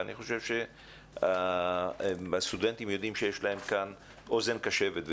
ואני חושב שהסטודנטים יודעים שיש להם כאן אוזן קשבת.